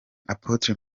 apotre